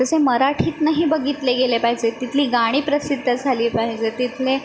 तसे मराठीतनंही बघितले गेले पाहिजेत तिथली गाणी प्रसिद्ध झाली पाहिजेत तिथले